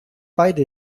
beide